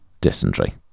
dysentery